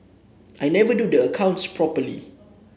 I never do the accounts properly